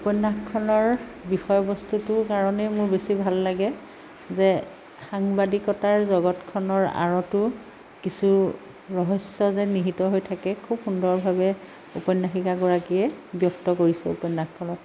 উপন্য়াসখনৰ বিষয় বস্তুটোৰ কাৰণেই মোৰ বেছি ভাল লাগে যে সাংবাদিকতাৰ জগতখনৰ আঁৰতো কিছু ৰহস্য় যে নিহিত হৈ থাকে খুব সুন্দৰভাৱে ঔপন্য়াসিকাগৰাকীয়ে ব্য়ক্ত কৰিছে উপন্য়াসখনত